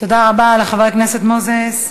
תודה רבה לחבר הכנסת מוזס.